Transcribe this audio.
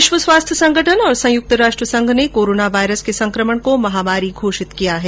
विश्व स्वास्थ्य संगठन और संयुक्त राष्ट्र संघ ने कोरोना वायरस के संकमण को महामारी घोषित किया है